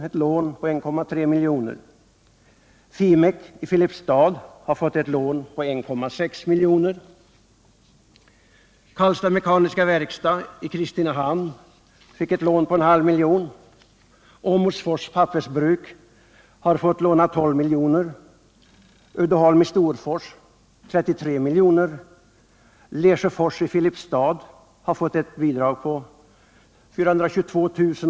och ett lån på 1,3 milj.kr. Fimek AB i Filipstad har fått en lån på 1,6 milj.kr. Karlstads Mekaniska Werkstad i Kristinehamn har fått ett lån på 500 000 kr. Åmotfors Pappersbruk har fått låna 12 milj.kr., Uddeholm i Storfors 33 milj.kr. Lesjöfors i Filipstad har fått ett bidrag på 422 000 kr.